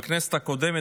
בכנסת הקודמת,